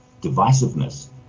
divisiveness